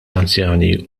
anzjani